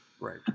Right